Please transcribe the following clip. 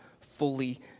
fully